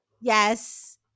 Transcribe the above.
Yes